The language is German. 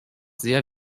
sehr